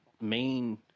main